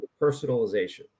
personalization